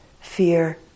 fear